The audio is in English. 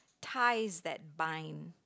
ties that bind